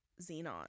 Xenon